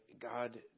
God